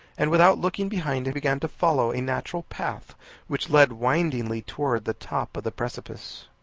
and without looking behind him began to follow a natural path which led windingly towards the top of the precipice.